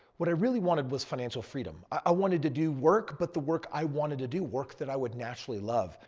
what i really wanted was financial freedom. i wanted to do work but the work i wanted to do. work that i would naturally love.